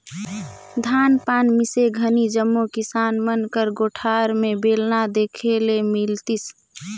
धान पान मिसे घनी जम्मो किसान मन कर कोठार मे बेलना देखे ले मिलतिस